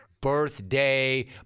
birthday